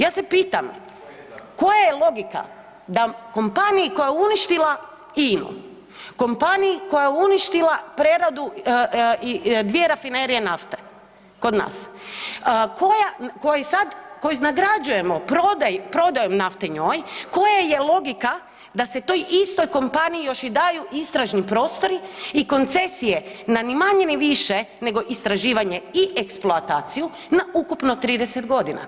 Ja se pitam koja je logika da kompaniji koja je uništila INU, kompanija koja je uništila preradu i 2 rafinerije nafte kod nas, koja i sad, koju nagrađujemo prodajom nafte njoj, koja je logika da se toj istoj kompaniji još i daju istražni prostori i koncesije na ni manje ni više nego istraživanje i eksploataciju na ukupno 30 godina.